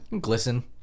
Glisten